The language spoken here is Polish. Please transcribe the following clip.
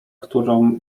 którą